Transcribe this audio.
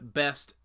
best